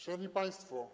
Szanowni Państwo!